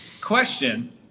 Question